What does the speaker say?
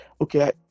okay